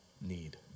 need